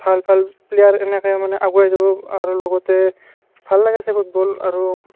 ভাল ভাল প্লেয়াৰ এনেকে মানে আগুৱাই যাব আৰু লগতে ভাল লাগে চাই ফুটবল আৰু